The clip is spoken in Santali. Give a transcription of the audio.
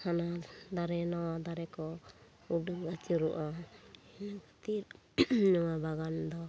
ᱦᱟᱱᱟ ᱫᱟᱨᱮ ᱱᱚᱶᱟ ᱫᱟᱨᱮ ᱠᱚ ᱩᱰᱟᱹᱣ ᱟᱹᱪᱩᱨᱚᱜᱼᱟ ᱱᱚᱶᱟ ᱵᱟᱜᱟᱱ ᱫᱚ